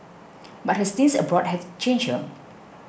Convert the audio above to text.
but her stints abroad had changed her